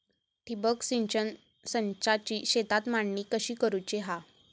ठिबक सिंचन संचाची शेतात मांडणी कशी करुची हा?